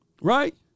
Right